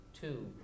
two